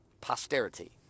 posterity